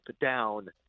down